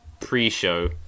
pre-show